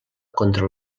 contra